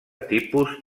tipus